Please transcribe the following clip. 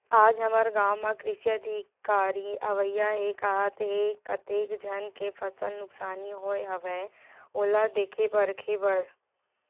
आज हमर गाँव म कृषि अधिकारी अवइया हे काहत हे, कतेक झन के फसल नुकसानी होय हवय ओला देखे परखे बर